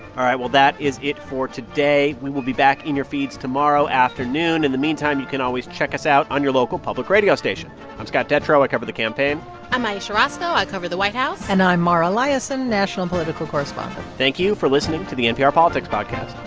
that is it for today. we will be back in your feeds tomorrow afternoon. in the meantime, you can always check us out on your local public radio station i'm scott detrow. i cover the campaign i'm ayesha rascoe. i cover the white house and i'm mara liasson, national political correspondent thank you for listening to the npr politics podcast